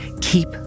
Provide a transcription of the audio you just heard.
Keep